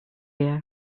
idea